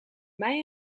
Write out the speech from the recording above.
mij